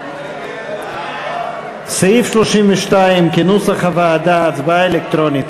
סעיף 32, כהצעת הוועדה, נתקבל.